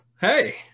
Hey